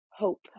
hope